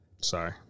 Sorry